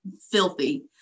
filthy